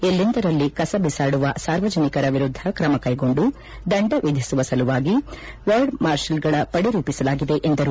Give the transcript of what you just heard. ಎಲ್ಲೆಂದರಲ್ಲಿ ಕಸ ಬಿಸಾಡುವ ಸಾರ್ವಜನಿಕರ ವಿರುದ್ದ ಕ್ರಮ ಕ್ಟೆಗೊಂಡು ದಂಡ ವಿಧಿಸುವ ಸಲುವಾಗಿ ವಾರ್ಡ್ ಮಾರ್ಷಲ್ಗಳ ಪಡೆ ರೂಪಿಸಲಾಗಿದೆ ಎಂದರು